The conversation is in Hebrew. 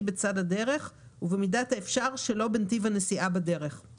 בצד הדרך ובמידת האפשר שלא בנתיב הנסיעה בדרך;